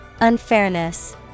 Unfairness